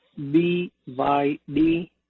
BYD